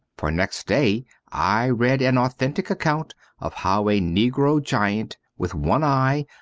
for next day i read an authentic account of how a negro giant with one eye,